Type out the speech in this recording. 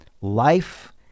life